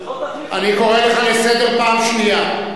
זה לא תחליף לבנייה.